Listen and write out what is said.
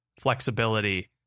flexibility